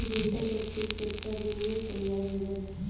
गेंदा के फूल केतना दिन में तइयार हो जाला?